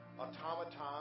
automatons